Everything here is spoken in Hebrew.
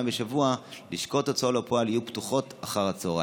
בשבוע לשכות ההוצאה לפועל יהיו פתוחות אחר הצוהריים?